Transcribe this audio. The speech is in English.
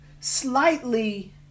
slightly